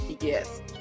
Yes